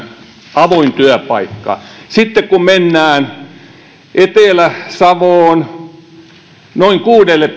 avoin työpaikka sitten kun mennään etelä savoon noin kuudelle